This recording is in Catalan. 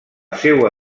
seua